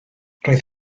roedd